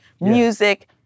music